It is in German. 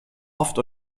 hofft